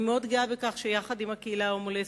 אני מאוד גאה בכך שיחד עם הקהילה ההומו-לסבית,